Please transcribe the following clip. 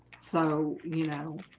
so, you know